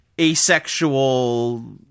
asexual